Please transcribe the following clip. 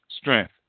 strength